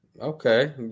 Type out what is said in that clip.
Okay